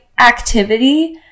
activity